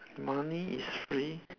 money is free